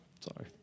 Sorry